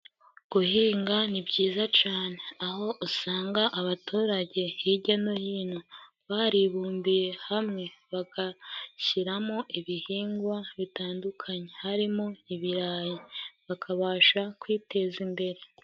Guhinga ni byiza cane aho usanga abaturage hirya no hino baribumbiye hamwe bagashiramo ibihingwa bitandukanye harimo ibirayi, bakabasha kwiteza imbere.